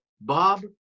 Bob